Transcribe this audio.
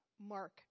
Mark